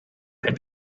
had